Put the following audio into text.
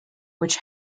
which